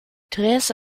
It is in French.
treize